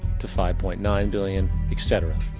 to five point nine billion. etc.